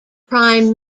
prime